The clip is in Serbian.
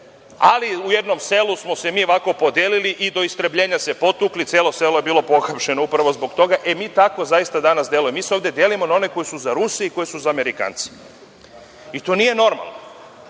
ali u jednom selu smo se mi podelili i do istrebljenja se potukli, celo selo je bilo pohapšeno upravo zbog toga. Mi tako zaista danas delujemo. Mi se delimo ovde na one koji su za Ruse i koji su za Amerikance i to nije normalno.